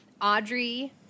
Audrey